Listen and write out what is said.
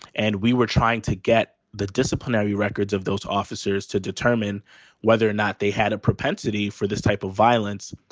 and we were trying to get the disciplinary records of those officers to determine whether or not they had a propensity for this type of violence.